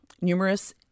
numerous